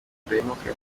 udahemuka